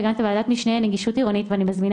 וגם את ועדת המשנה לנגישות עירונית ואני מזמינה